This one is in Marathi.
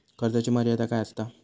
कर्जाची मर्यादा काय असता?